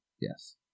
Yes